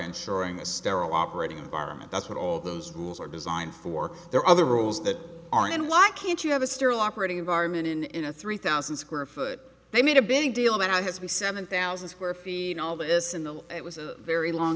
ensuring a sterile operating environment that's what all those rules are designed for there are other rules that are and why can't you have a sterile operating environment in in a three thousand square foot they made a big deal that has to be seven thousand square feet all this in the it was a very long